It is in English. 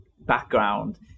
background